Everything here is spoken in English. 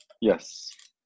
Yes